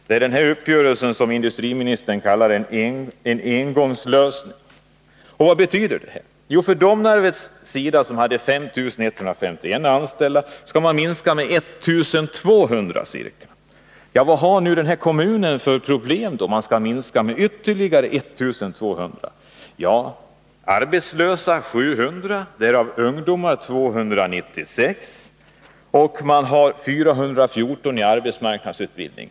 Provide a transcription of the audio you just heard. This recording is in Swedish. Det är denna uppgörelse som industriministern kallar en engångslösning. Vad betyder då detta? Jo, för Domnarvet som hade 5 151 anställda skall man minska arbetsstyrkan med ca 1 200 personer. Vilka problem innebär det för kommunen då man skall minska sysselsättningen med ytterligare så många arbetstillfällen? Antalet arbetslösa är 700, därav 296 ungdomar. 414 personer är i arbetsmarknadsutbildning.